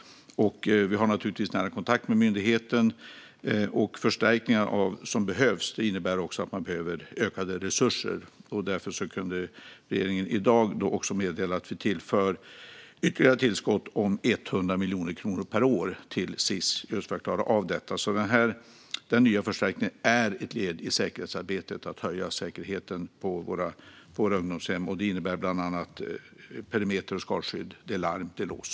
Vi har naturligtvis nära kontakt med myndigheten, och de förstärkningar som behövs innebär också att man behöver ökade resurser. Därför kunde regeringen i dag meddela att vi tillför ytterligare 100 miljoner per år till Sis just för att klara av detta. Den nya förstärkningen är ett led i arbetet med att höja säkerheten på våra ungdomshem, vilket bland annat innebär perimeter och skalskydd, larm och lås.